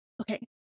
Okay